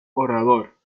orador